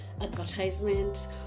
advertisement